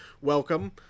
Welcome